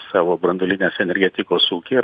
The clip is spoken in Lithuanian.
savo branduolinės energetikos ūkį ir